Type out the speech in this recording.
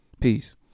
Peace